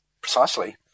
precisely